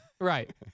Right